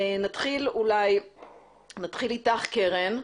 נתחיל איתך, קרן,